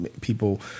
people